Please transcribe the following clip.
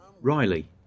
Riley